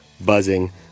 buzzing